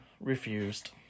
refused